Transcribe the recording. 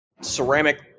ceramic